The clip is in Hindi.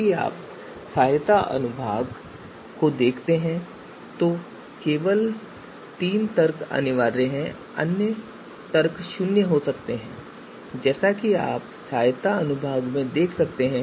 यदि आप सहायता अनुभाग को देखते हैं तो केवल ये तीन तर्क अनिवार्य हैं और अन्य शून्य हो सकते हैं जैसा कि आप यहां सहायता अनुभाग में देख सकते हैं